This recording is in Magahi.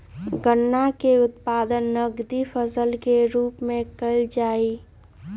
गन्ना के उत्पादन नकदी फसल के रूप में कइल जाहई